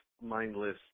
mindless